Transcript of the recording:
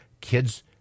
kids